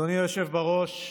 אדוני היושב בראש,